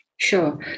Sure